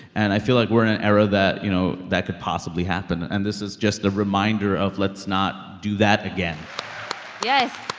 and i feel like we're in an era that, you know, that could possibly happen. and this is just a reminder of, let's not do that again yes.